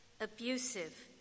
abusive